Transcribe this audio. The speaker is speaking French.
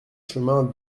chemin